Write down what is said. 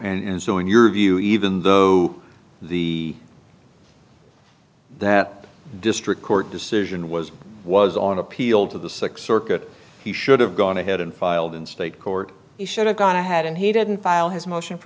no and so in your view even though the that district court decision was was on appeal to the six circuit he should have gone ahead and filed in state court he should have gone ahead and he didn't file his motion for